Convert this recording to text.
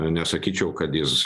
nesakyčiau kad jis